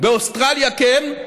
באוסטרליה כן,